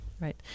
right